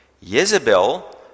Jezebel